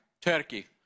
Turkey